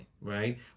Right